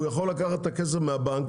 הוא יכול לקחת את הכסף מהבנק,